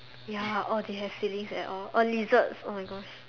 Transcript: ya or they have feelings at all or lizards oh my gosh